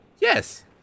Yes